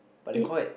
it